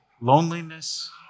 Loneliness